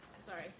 sorry